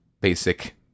basic